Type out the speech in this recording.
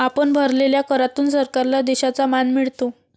आपण भरलेल्या करातून सरकारला देशाचा मान मिळतो